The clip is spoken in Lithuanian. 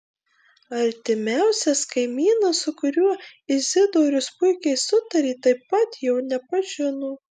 artimiausias kaimynas su kuriuo izidorius puikiai sutarė taip pat jo nepažino